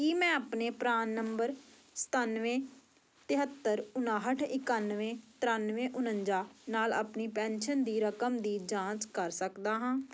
ਕੀ ਮੈਂ ਆਪਣੇ ਪਰਾਨ ਨੰਬਰ ਸਤਾਨਵੇਂ ਤੇਹੱਤਰ ਉਣਾਹਠ ਇਕਾਨਵੇਂ ਤਰਾਨਵੇਂ ਉਣੰਜਾ ਨਾਲ ਆਪਣੀ ਪੈਨਸ਼ਨ ਦੀ ਰਕਮ ਦੀ ਜਾਂਚ ਕਰ ਸਕਦਾ ਹਾਂ